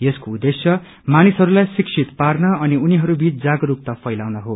यसको उद्वेश्य मानिसहस्लाई शिक्षित पार्न अनिउनीहरूबीच जागरूक्ता फैलाउन हो